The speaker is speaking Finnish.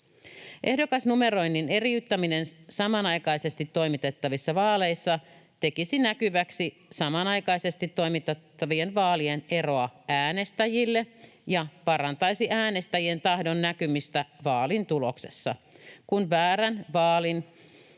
Ehdokasnumeroinnin eriyttäminen samanaikaisesti toimitettavissa vaaleissa tekisi näkyväksi samanaikaisesti toimitettavien vaalien eroa äänestäjille ja parantaisi äänestäjien tahdon näkymistä vaalin tuloksessa, kun väärän vaalin